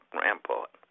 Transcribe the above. rampart